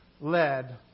led